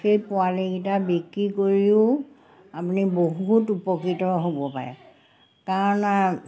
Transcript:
সেই পোৱালিকেইটা বিক্ৰী কৰিও আপুনি বহুত উপকৃত হ'ব পাৰে কাৰণ